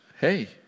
Hey